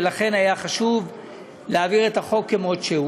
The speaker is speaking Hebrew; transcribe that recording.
ולכן היה חשוב להעביר את החוק כמות שהוא.